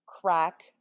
crack